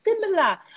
similar